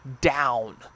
down